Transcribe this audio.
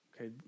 Okay